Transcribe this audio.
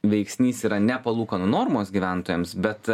veiksnys yra ne palūkanų normos gyventojams bet